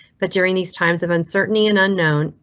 but during these times of uncertainty and unknown,